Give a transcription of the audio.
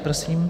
Prosím.